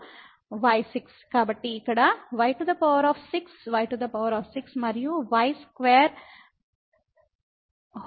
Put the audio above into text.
ఇప్పుడు y6 కాబట్టి ఇక్కడ y6y6 మరియు 3